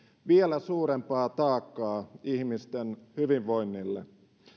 vielä suurempaa taakkaa ihmisten hyvinvoinnille